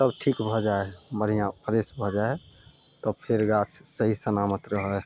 सब ठीक भऽ जाइ हइ बढ़िआँ फ्रेश भऽ जाइ हइ तब फेर गाछ सही सलामत रहय हइ